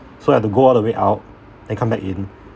so I had to go all the way out and come back in